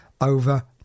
over